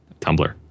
Tumblr